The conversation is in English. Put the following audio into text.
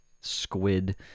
squid